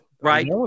right